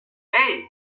hey